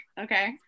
okay